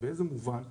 באיזה מובן?